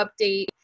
update